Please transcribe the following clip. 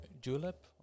julep